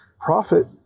Profit